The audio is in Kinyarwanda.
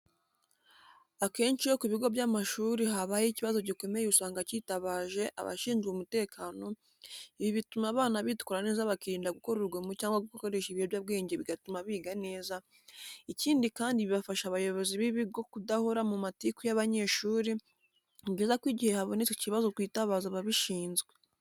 Akenshi iyo ku bigo by'amashuri habaye ikibazo gikomeye usanga cyitabaje abashinzwe umutekano, ibi bituma abana bitwara neza bakirinda gukora urugomo cyangwa gukoresha ibiyobyabwenge bigatuma biga neza, ikindi kandi bifasha abayobozi b'ibigo kudahora mu matiku y'abanyeshuri, ni byiza ko igihe habonetse ikibazo twitabaza ababishinzwe.